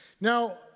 Now